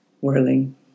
whirling